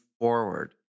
forward